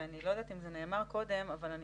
ואני לא יודעת אם זה נאמר קודם אבל אני